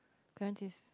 Kai Ren's